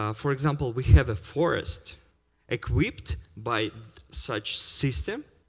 um for example, we have a forest equipped by such system,